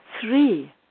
three